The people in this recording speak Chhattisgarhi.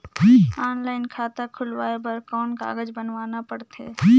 ऑनलाइन खाता खुलवाय बर कौन कागज बनवाना पड़थे?